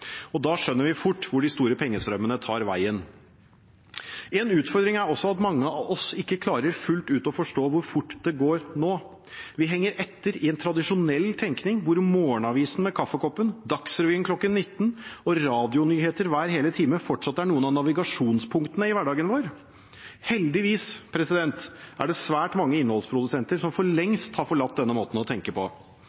Da skjønner vi fort hvor de store pengestrømmene tar veien. En utfordring er også at mange av oss ikke klarer fullt ut å forstå hvor fort det går nå. Vi henger etter i en tradisjonell tenkning, hvor morgenavisen med kaffekoppen, Dagsrevyen kl. 19 og radionyheter hver hele time fortsatt er noen av navigasjonspunktene i hverdagen vår. Heldigvis er det svært mange innholdsprodusenter som for